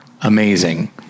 amazing